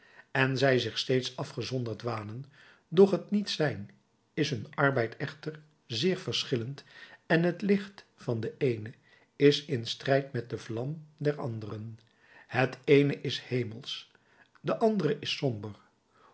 en zij zich steeds afgezonderd wanen doch t niet zijn is hun arbeid echter zeer verschillend en het licht van den eenen is in strijd met de vlam der anderen het eene is hemelsch de andere is somber